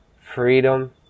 freedom